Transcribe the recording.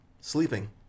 sleeping